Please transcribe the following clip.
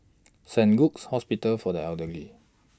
Saint Luke's Hospital For The Elderly